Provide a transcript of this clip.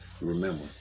Remember